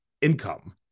income